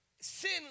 sin